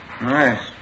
Nice